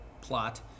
Plot